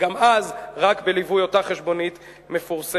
וגם אז רק בליווי אותה חשבונית מפורסמת.